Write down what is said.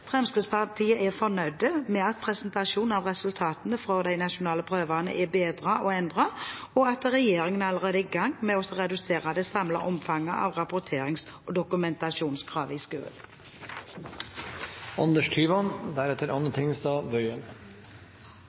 Fremskrittspartiet er fornøyd med at presentasjonen av resultatene fra de nasjonale prøvene er bedret og endret, og at regjeringen allerede er i gang med å redusere det samlede omfanget av rapporterings- og dokumentasjonskrav i